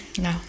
no